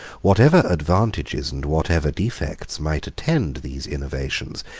whatever advantages and whatever defects might attend these innovations,